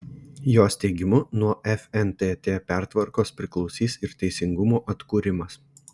jos teigimu nuo fntt pertvarkos priklausys ir teisingumo atkūrimas